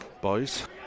Boys